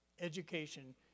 education